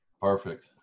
Perfect